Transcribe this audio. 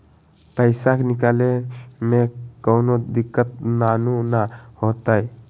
पईसा निकले में कउनो दिक़्क़त नानू न होताई?